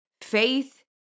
Faith